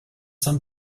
some